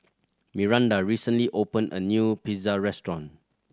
Myranda recently opened a new Pizza Restaurant